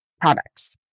products